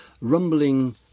rumbling